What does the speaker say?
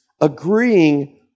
agreeing